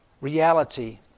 reality